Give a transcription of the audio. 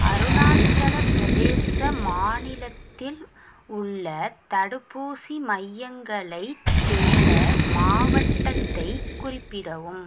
அருணாச்சல பிரதேச மாநிலத்தில் உள்ள தடுப்பூசி மையங்களைத் தேட மாவட்டத்தைக் குறிப்பிடவும்